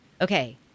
Okay